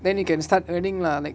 then you can start earning lah like